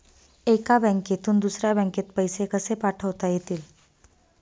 एका बँकेतून दुसऱ्या बँकेत पैसे कसे पाठवता येतील?